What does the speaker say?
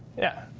yeah.